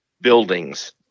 buildings